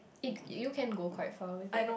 it you can go quite far with it